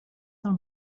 del